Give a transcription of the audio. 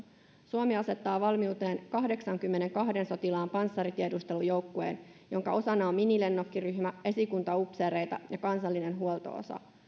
suomi asettaa valmiuteen kahdeksaankymmeneenkahteen sotilaan panssaritiedustelujoukkueen jonka osana on minilennokkiryhmä esikuntaupseereita ja kansallinen huolto osa